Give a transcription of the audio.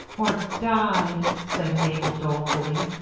or died, said mabel, dolefully.